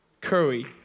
Curry